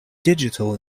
digital